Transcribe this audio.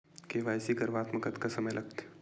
KYC करवात म कतका समय लगथे?